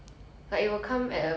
can but